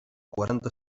quaranta